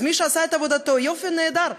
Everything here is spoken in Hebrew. אז מי שעשה את עבודתו, יופי, נהדר.